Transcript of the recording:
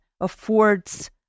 affords